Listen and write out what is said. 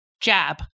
Jab